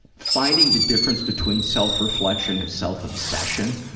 finding the difference between self-reflection and self-obsession